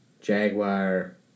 jaguar